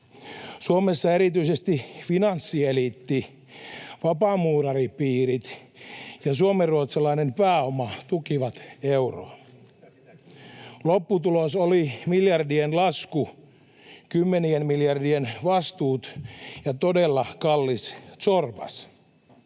Suomessa erityisesti finanssieliitti, vapaamuuraripiirit ja suomenruotsalainen pääoma tukivat euroa. Lopputulos oli miljardien lasku, kymmenien miljardien vastuut ja todella kallis zorbas.